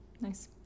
Nice